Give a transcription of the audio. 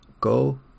Go